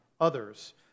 others